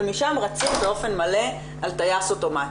ומשם רצים באופן מלא על טייס אוטומטי.